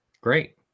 Great